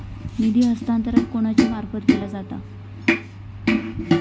निधी हस्तांतरण कोणाच्या मार्फत केला जाता?